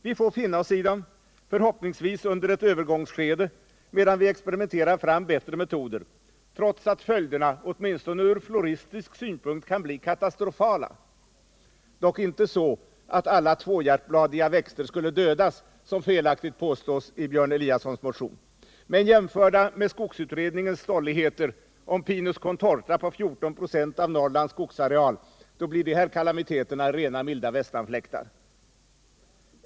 Vi får finna oss i dem, förhoppningsvis under ett övergångsskede medan vi experimenterar fram bättre metoder, trots att följderna åtminstone ur floristisk synpunkt kan bli katastrofala — dock inte så att alla tvåhjärtbladiga växter skulle dödas, som felaktigt påstås i Björn Eliassons motion — men jämförda med skogsutredningens stolligheter om Pinus contorta på 14 ?5 av Norrlands skogsareal blir de kalamiteterna milda västanfläktar.